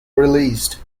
released